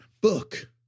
book